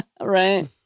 Right